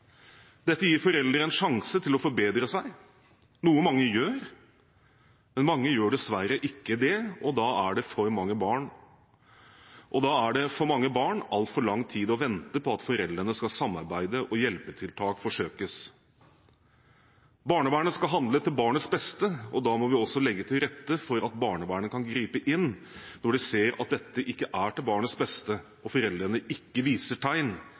Dette gir foreldre en sjanse til å forbedre seg, noe mange gjør. Men mange gjør dessverre ikke det, og da er det for mange barn altfor lang tid å vente på at foreldrene skal samarbeide og hjelpetiltak forsøkes. Barnevernet skal handle til barnets beste, og da må vi også legge til rette for at barnevernet kan gripe inn når de ser at dette ikke er til barnets beste og foreldrene ikke viser tegn